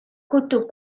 coteaux